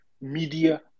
media